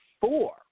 four